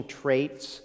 traits